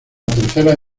tercera